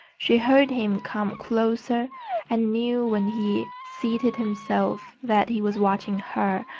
she heard him come closer and knew when he seated himself that he was watching her,